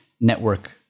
network